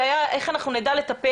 אנחנו לא יודעים להגדיר?